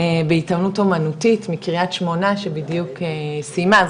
בהתעמלות אמנותית מקרית שמונה שבדיוק סיימה,